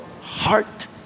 heart